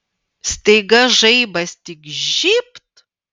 staiga žaibas tik žybt